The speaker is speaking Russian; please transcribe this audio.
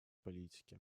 политики